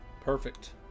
Perfect